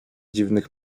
dziwnych